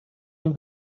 این